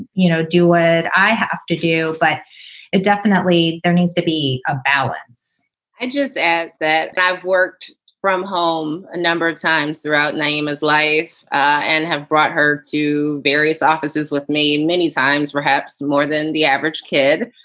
you know do would i have to do? but it definitely there needs to be a balance i'd just add that i worked from home a number of times throughout. name is lives and have brought her to various offices with me and many times, perhaps more than the average kid.